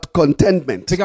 contentment